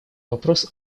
вопрос